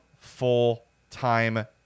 full-time